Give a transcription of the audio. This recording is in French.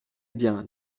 bien